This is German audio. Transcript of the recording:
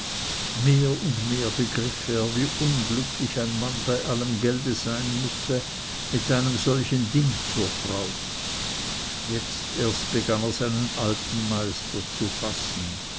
mehr und mehr begriff er wie unglücklich ein mann bei allem gelde sein müsse mit einem solchen ding zur frau jetzt erst begann er seinen alten meister zu fassen